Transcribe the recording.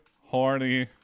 horny